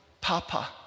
Papa